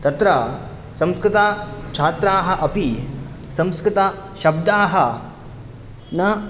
तत्र संस्कृतछात्राः अपि संस्कृतशब्दाः न